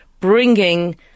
bringing